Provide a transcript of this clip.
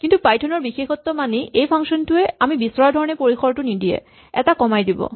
কিন্তু পাইথন ৰ বিশেষত্ব মানি চলি এই ফাংচন টোৱে আমি বিচৰা ধৰণে পৰিসৰটো টো নিদিয়ে এটা কমাই দিব